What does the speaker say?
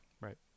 Right